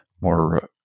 more